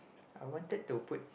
I wanted to put